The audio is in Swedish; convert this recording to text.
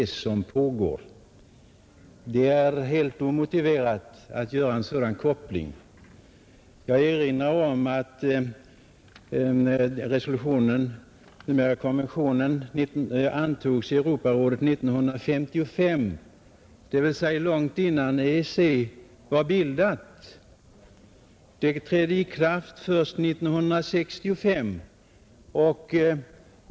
Den kopplingen är emellertid helt omotiverad. Jag Torsdagen den erinrar om att konventionen antogs av Europarådet 1955, alltså långt 13 maj 1971 innan EEC var bildat, och trädde i kraft först 1965.